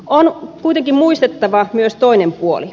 on kuitenkin muistettava myös toinen puoli